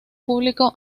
público